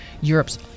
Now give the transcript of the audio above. Europe's